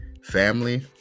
Family